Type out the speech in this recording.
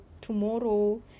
tomorrow